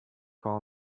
call